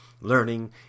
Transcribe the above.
learning